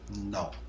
No